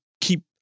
keep